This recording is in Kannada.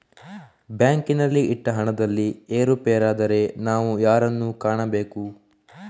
ಬ್ಯಾಂಕಿನಲ್ಲಿ ಇಟ್ಟ ಹಣದಲ್ಲಿ ಏರುಪೇರಾದರೆ ನಾವು ಯಾರನ್ನು ಕಾಣಬೇಕು?